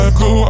go